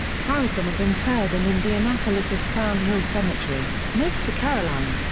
harrison is interred in indianapolis's crown hill cemetery, next to caroline.